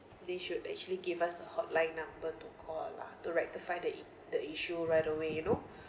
they should actually give us a hotline number to call lah to rectify the the issue right away you know